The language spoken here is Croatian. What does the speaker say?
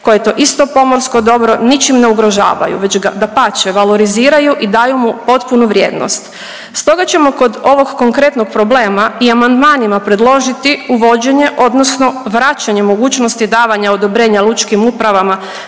koje to isto pomorsko dobro ničim ne ugrožavaju već ga dapače valoriziraju i daju mu potpunu vrijednost. Stoga ćemo kod ovog konkretnog problema i amandmanima predložiti uvođenje odnosno vraćanje mogućnosti davanja odobrenja lučkim upravama